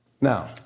Now